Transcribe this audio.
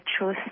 true